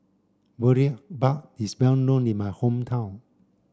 Boribap is well known in my hometown